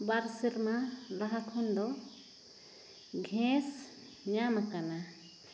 ᱵᱟᱨ ᱥᱮᱨᱢᱟ ᱞᱟᱦᱟ ᱠᱷᱚᱱᱫᱚ ᱜᱷᱮᱸᱥ ᱧᱟᱢ ᱟᱠᱟᱱᱟ